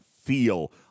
feel